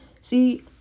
See